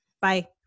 Bye